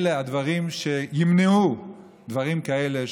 אלה הדברים שימנעו דברים כאלה,